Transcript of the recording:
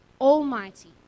almighty